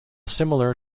similar